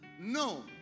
No